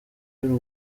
y’u